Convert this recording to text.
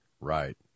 Right